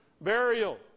burial